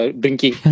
drinking